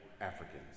Africans